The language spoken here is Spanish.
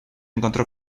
encontró